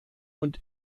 und